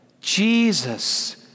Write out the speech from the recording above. Jesus